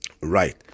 right